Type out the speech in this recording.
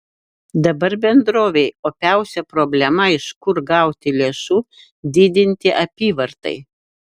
dabar bendrovei opiausia problema iš kur gauti lėšų didinti apyvartai